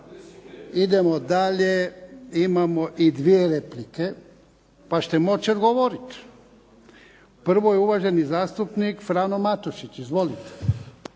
Idemo dalje imamo i dvije replike, pa ćete moći odgovoriti. Prvo je uvaženi zastupnik Frano Matušić. Izvolite.